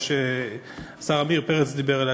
או שהשר עמיר פרץ דיבר עליה,